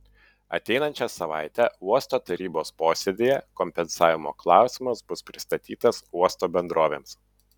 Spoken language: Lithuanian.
ateinančią savaitę uosto tarybos posėdyje kompensavimo klausimas bus pristatytas uosto bendrovėms